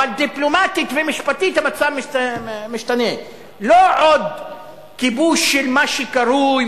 אבל דיפלומטית ומשפטית המצב משתנה: לא עוד כיבוש של מה שקרוי,